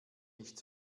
nicht